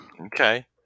Okay